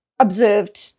observed